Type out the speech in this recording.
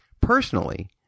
Personally